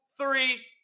three